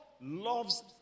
loves